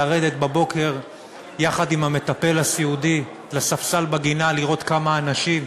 לרדת בבוקר יחד עם המטפל הסיעודי לספסל בגינה לראות כמה אנשים,